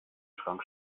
schrank